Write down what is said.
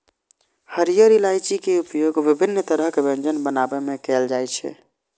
हरियर इलायची के उपयोग विभिन्न तरहक व्यंजन बनाबै मे कैल जाइ छै